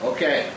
Okay